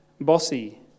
bossy